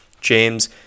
James